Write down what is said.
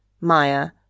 Maya